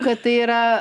kad tai yra